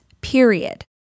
period